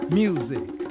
music